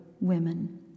women